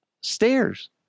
stairs